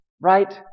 right